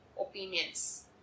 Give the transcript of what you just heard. opinions